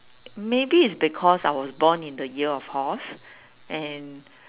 maybe is because I was born in the year of horse and